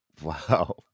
Wow